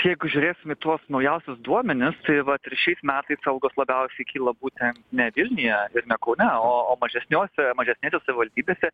jeigu žiūrėsim į tuos naujausius duomenis tai vat ir šiais metais algos labiausiai kilo būtent ne vilniuje ir ne kaune o o mažesniose mažesnėse savivaldybėse